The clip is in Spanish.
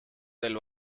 del